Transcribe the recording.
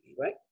right